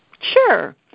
Sure